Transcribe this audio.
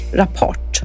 rapport